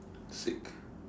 sick